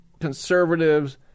conservatives